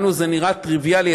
לנו זה נראה טריוויאלי,